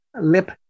lip